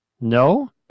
No